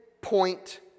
point